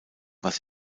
was